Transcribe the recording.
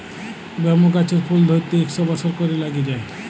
bamboo গাহাচের ফুল ধ্যইরতে ইকশ বসর ক্যইরে ল্যাইগে যায়